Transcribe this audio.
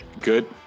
Good